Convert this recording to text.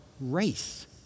race